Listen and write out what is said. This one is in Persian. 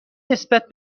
نسبت